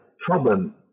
problem